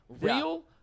real –